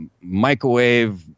microwave